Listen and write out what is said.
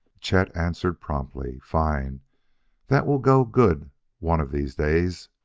chet answered promptly, fine that will go good one of these days.